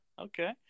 Okay